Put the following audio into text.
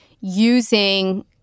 using